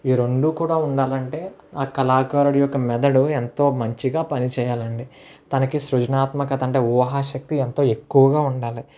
ఈ రెండూ కూడా ఉండాలంటే ఆ కళాకారుడి యొక్క మెదడు ఎంతో మంచిగా పని చేయాలండి తనకి సృజనాత్మకత అంటే ఊహా శక్తి ఎంతో ఎక్కువగా ఉండాలి